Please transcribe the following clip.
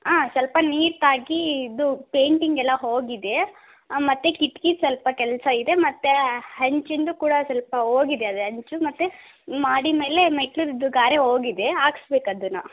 ಹಾಂ ಸ್ವಲ್ಪ ನೀರು ತಾಗಿ ಇದು ಪೇಂಟಿಂಗ್ ಎಲ್ಲ ಹೋಗಿದೆ ಮತ್ತೆ ಕಿಟಕಿ ಸ್ವಲ್ಪ ಕೆಲಸ ಇದೆ ಮತ್ತೆ ಹಂಚಿಂದು ಕೂಡ ಸ್ವಲ್ಪ ಹೋಗಿದೆ ಅದು ಹಂಚು ಮತ್ತೆ ಮಹಡಿ ಮೇಲೆ ಮೆಟ್ಲುದ್ದು ಗಾರೆ ಹೋಗಿದೆ ಹಾಕ್ಸ್ಬೇಕ್ ಅದನ್ನು